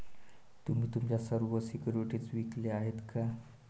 तुम्ही तुमच्या सर्व सिक्युरिटीज विकल्या आहेत का?